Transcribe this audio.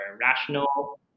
rational